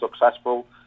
successful